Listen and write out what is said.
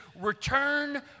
return